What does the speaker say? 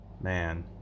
man